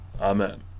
Amen